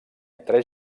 tres